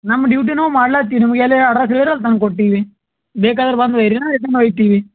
ನಮ್ಮ ಡ್ಯೂಟಿ ನಾವು ಮಾಡ್ಲಾತೀವಿ ನಿಮ್ಗೆ ಎಲ್ಲಿ ಅಡ್ರಸ್ ಹೇಳಿರೊ ಅಲ್ಲಿ ತಂದ್ಕೊಟ್ಟೀವಿ ಬೇಕಾದ್ರ್ ಬಂದು ಒಯ್ಯಿರಿ ನಾವು ರಿಟನ್ ಒಯ್ತೀವಿ